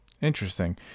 Interesting